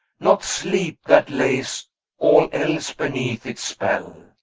not sleep that lays all else beneath its spell,